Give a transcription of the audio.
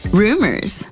rumors